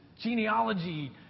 genealogy